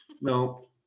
no